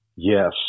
Yes